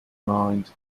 mind